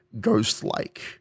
ghost-like